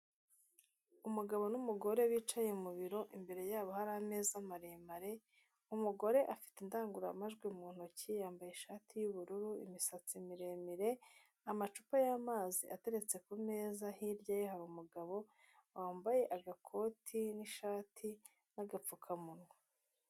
Umugabo n'umugore bicaye mu biro imbere yabo hari ameza maremare, umugore afite indangururamajwi mu ntoki yambaye ishati y'ubururu imisatsi miremire amacupa y'amazi ateretse ku meza hirya ya ha umugabo wambaye agakoti n'ishati n'agapfukamunwa.